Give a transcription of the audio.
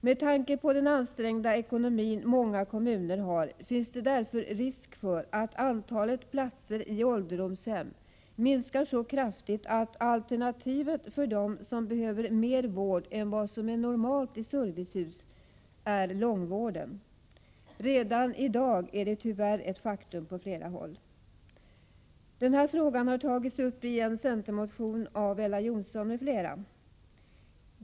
Med tanke på den ansträngda ekonomi många kommuner har finns det därför risk för att antalet platser i ålderdomshem minskar så kraftigt att alternativet för dem som behöver mer vård än vad som är normalt i servicehus är långvården. Redan i dag är det tyvärr ett faktum på flera håll. Den här frågan har tagits upp i en centermotion av Ella Johnsson m.fl.